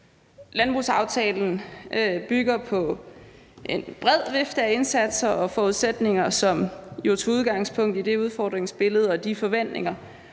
Landbrugsaftalen bygger på en bred vifte af indsatser og forudsætninger, som jo tog udgangspunkt i det udfordringsbillede og de forventninger